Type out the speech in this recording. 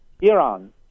iran